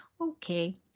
okay